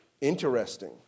interesting